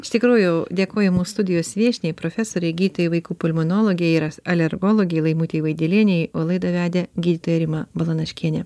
iš tikrųjų dėkoju mūsų studijos viešniai profesorei gydytojai vaikų pulmonologei ir al alergologei laimutei vaidelienei o laidą vedė gydytoja rima balanaškienė